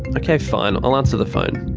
ok fine. i'll answer the phone.